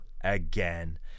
again